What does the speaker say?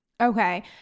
Okay